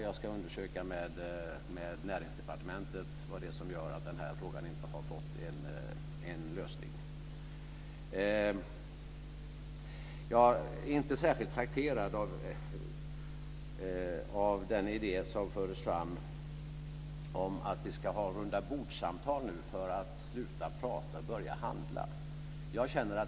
Jag ska höra med Näringsdepartementet vad det är som gör att den här frågan inte har fått sin lösning. Jag är inte särskilt trakterad av den idé som fördes fram om att vi ska ha rundabordssamtal för att sluta prata och börja handla.